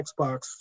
xbox